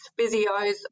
physios